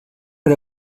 per